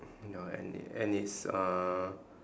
ya and it and it's uh